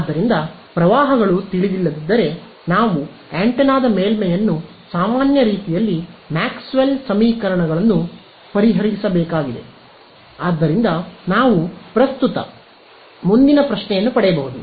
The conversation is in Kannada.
ಆದ್ದರಿಂದ ಪ್ರವಾಹಗಳು ತಿಳಿದಿಲ್ಲದಿದ್ದರೆ ನಾವು ಆಂಟೆನಾದ ಮೇಲ್ಮೈಯನ್ನು ನಾವು ಸಾಮಾನ್ಯ ರೀತಿಯಲ್ಲಿ ಮ್ಯಾಕ್ಸ್ವೆಲ್ನ ಸಮೀಕರಣಗಳನ್ನು ಪರಿಹರಿಸಬೇಕಾಗಿದೆ ಆದ್ದರಿಂದ ನಾವು ಪ್ರಸ್ತುತ ಮುಂದಿನ ಪ್ರಶ್ನೆಯನ್ನು ಪಡೆಯಬಹುದು